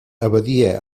abadia